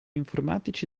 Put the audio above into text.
informatici